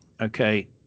Okay